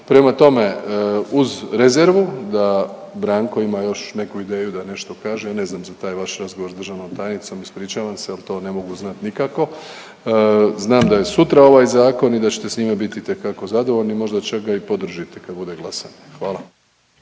Prema tome, uz rezervu da Branko ima još neku ideju da nešto kaže ja ne znam za taj vaš razgovor sa državnom tajnicom, ispričavam se, ali to ne mogu znati nikako. Znam da je sutra ovaj zakon i da ćete s njime biti itekako zadovoljni, možda čak ga i podržite kad bude glasanje. Hvala.